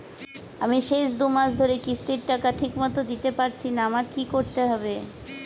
আমি শেষ দুমাস ধরে কিস্তির টাকা ঠিকমতো দিতে পারছিনা আমার কি করতে হবে?